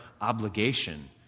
obligation